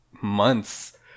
months